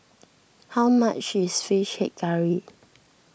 how much is Fish Head Curry